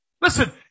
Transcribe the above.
Listen